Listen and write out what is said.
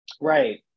right